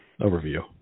overview